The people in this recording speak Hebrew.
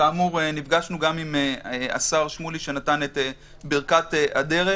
כאמור, נפגשנו גם עם השר שמולי שנתן את ברכת הדרך.